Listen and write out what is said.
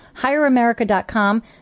HireAmerica.com